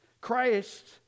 Christ